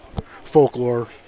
folklore